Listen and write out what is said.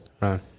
Right